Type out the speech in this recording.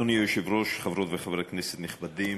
אדוני היושב-ראש, חברות וחברי כנסת נכבדים,